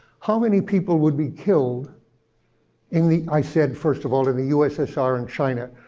how many people would be killed in the, i said, first of all, in the ussr and china?